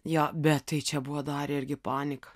jo bet tai čia buvo dar irgi panika